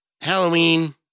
Halloween